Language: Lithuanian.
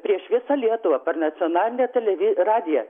prieš visą lietuvą per nacionalinę televi radiją